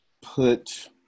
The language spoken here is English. put